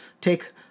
take